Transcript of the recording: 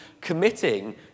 committing